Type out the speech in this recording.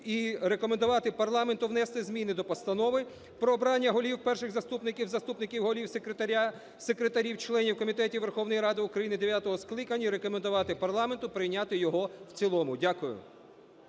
і рекомендувати парламенту внести зміни до Постанови "Про обрання голів, перших заступників, заступників голів, секретарів, членів комітетів Верховної Ради України дев'ятого скликання" і рекомендувати парламенту прийняти його в цілому. Дякую.